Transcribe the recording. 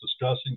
discussing